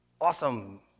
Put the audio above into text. awesome